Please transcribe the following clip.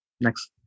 Next